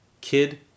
kid